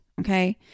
Okay